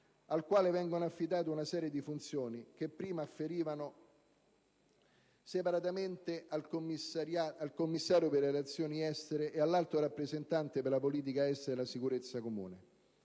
al quale vengono affidate una serie di funzioni che prima afferivano separatamente al Commissario per le relazioni estere e all'Alto rappresentante per la politica estera e la sicurezza comune.